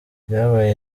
byabaye